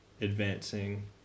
advancing